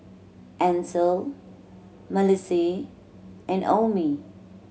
Ancil Malissie and Omie